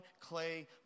clay